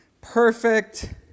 perfect